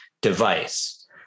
device